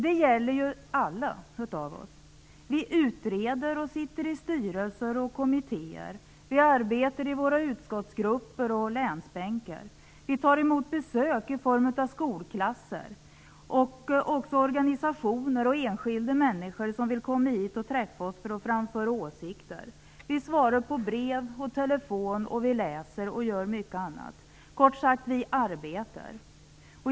Det gäller samtliga av oss. Vi utreder och sitter i styrelser och kommittéer. Vi arbetar i våra utskottsgrupper och länsbänkar. Vi tar emot besök i form av skolklasser och även organisationer och enskilda människor som vill komma hit och träffa oss för att framföra åsikter. Vi svarar på brev, talar i telefon, läser och gör mycket annat. Kort sagt - vi arbetar.